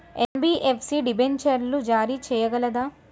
NBFC డిబెంచర్లు జారీ చేయగలదా?